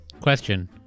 question